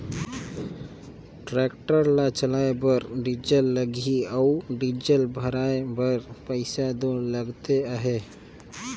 tractor ल चलाए बर डीजल लगही अउ डीजल भराए बर पइसा दो लगते अहे